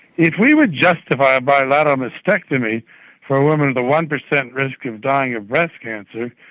if we would justify a bilateral mastectomy for a woman with a one percent risk of dying of breast cancer,